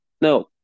No